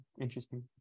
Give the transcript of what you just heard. Interesting